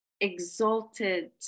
exalted